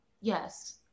yes